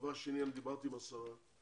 דבר שני, אני דיברתי עם השרה,